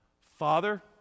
father